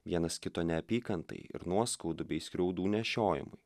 vienas kito neapykantai ir nuoskaudų bei skriaudų nešiojimui